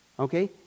Okay